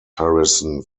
harrison